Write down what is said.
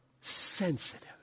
sensitive